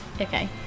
okay